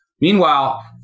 Meanwhile